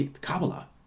Kabbalah